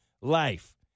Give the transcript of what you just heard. life